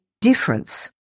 difference